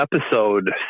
episode